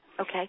Okay